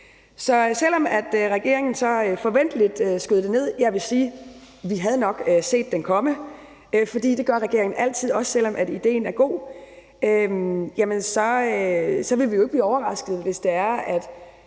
Så selv om regeringen så forventeligt skød det ned, vil jeg sige, at vi havde nok set den komme, for det gør regeringen altid, også selv om idéen er god. Vi vil ikke blive overrasket, hvis det er, at